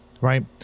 Right